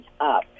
up